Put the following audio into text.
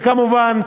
וכמובן,